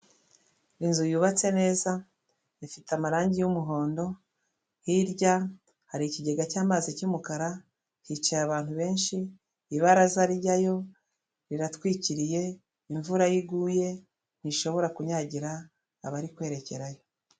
Inzu yubatse neza ifite amarangi y'umuhondo hirya hari ikigega cy'amazi cy'umukara hicaye abantu benshi, ibaraza rijyayo riratwikiriye imvura iyo iguye ntishobora kunyagira abari kwerekerayo.